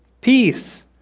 peace